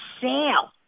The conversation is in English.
sale